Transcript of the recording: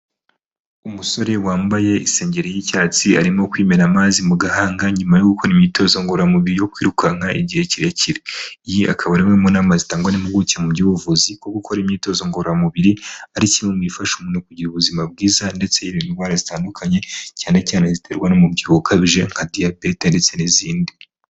Umusore wambaye isengeri y'icyatsi arimo kwimena amazi mu gahanga nyuma yo gukora imyitozo ngororamubiri yo kwirukanka igihe kirekire, iyi akaba imwe mu nama zitangwa n'impiguke mu by'ubuvuzi bwo gukora imyitozo ngororamubiri, ari kimwe mu bifasha umuntu kugira ubuzima bwiza ndetse n'indwara zitandukanye cyane cyane ziterwa n'umubyibuho ukabije nka diyabete ndetse n'izindi.